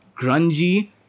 grungy